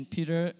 Peter